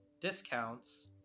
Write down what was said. discounts